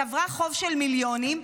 צברה חוב של מיליונים,